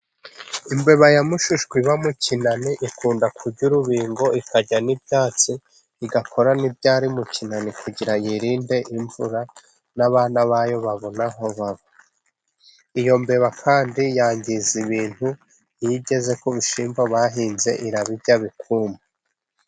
Imbeba ya mushushwe iba mu ikinani ikunda kurya urubingo ikaryana n'ibyatsi. Igakora n'ibyari mu kinani kugira yirinde imvura n'abana bayo babona aho baba. Iyo mbeba kandi yangiza ibintu iyo igeze ku bishyimbo bahinze irabibya bikuma.